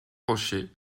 rochers